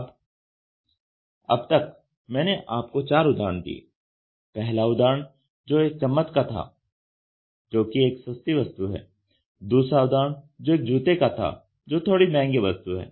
अब तक मैंने आपको चार उदाहरण दिए पहला उदाहरण जो एक चम्मच का था जो कि एक सस्ती वस्तु है दूसरा उदाहरण जो एक जूते का था जो थोड़ी महंगी वस्तु है